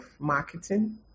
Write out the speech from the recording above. marketing